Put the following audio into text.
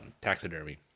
Taxidermy